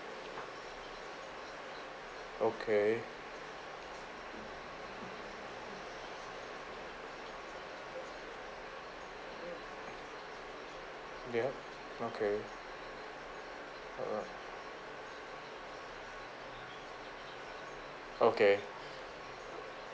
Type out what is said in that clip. okay ya okay uh okay